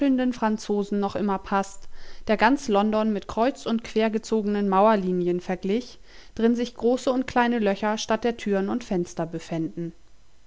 franzosen noch immer paßt der ganz london mit kreuz und quer gezogenen mauer linien verglich drin sich große und kleine löcher statt der türen und fenster befänden